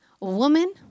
woman